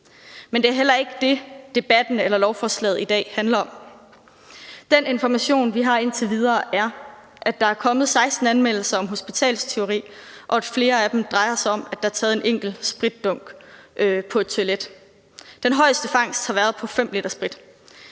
Men det er ikke det, debatten eller lovforslaget i dag handler om. Den information, vi har indtil videre, er, at der er kommet 16 anmeldelser om hospitalstyveri, og at flere af dem drejer sig om, at der er taget en enkelt spritdunk på et toilet. Den højeste fangst har været på 5 l sprit.